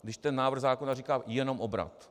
Když ten návrh zákona říká jenom obrat.